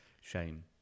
shame